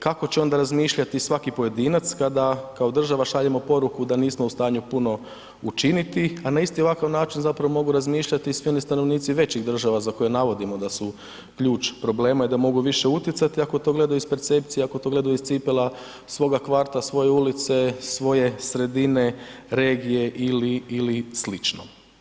Kako će onda razmišljati svaki pojedinac kada kao država šaljemo poruku da nismo u stanju puno učiniti, a na isti ovakav način zapravo mogu razmišljati i svi oni stanovnici većih država za koje navodimo da su ključ problema i da mogu više utjecati, ako to gledaju iz percepcije, ako to gledaju iz cipela svoga kvarta, svoje ulice, svoje sredine, regije ili slično.